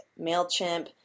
MailChimp